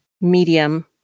medium